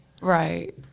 Right